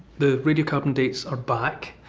the radiocarbon dates are back.